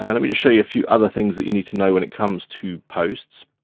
and i'm gonna show you a few other things that you need to know when it comes to posts.